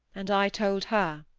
and i told her